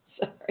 Sorry